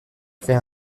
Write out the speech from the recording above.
fait